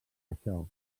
això